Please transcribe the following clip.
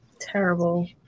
Terrible